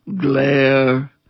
glare